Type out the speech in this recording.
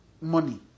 money